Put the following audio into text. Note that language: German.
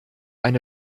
eine